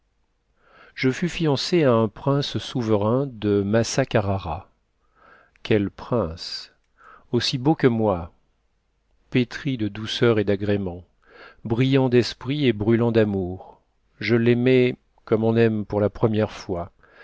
je fus fiancée à un prince souverain de massa carrara quel prince aussi beau que moi pétri de douceur et d'agréments brillant d'esprit et brûlant d'amour je l'aimais comme on aime pour la première fois